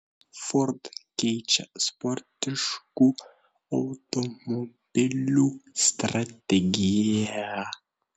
ford keičia sportiškų automobilių strategiją